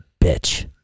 bitch